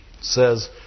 Says